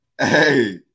hey